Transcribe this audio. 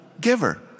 giver